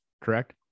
correct